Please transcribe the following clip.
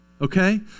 Okay